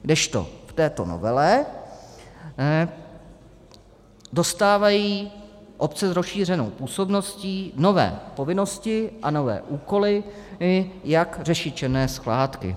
Kdežto v této novele dostávají obce s rozšířenou působností nové povinnosti a nové úkoly, jak řešit černé skládky.